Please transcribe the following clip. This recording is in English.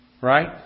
Right